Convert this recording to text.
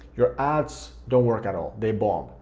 your ads don't work at all, they bomb.